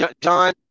John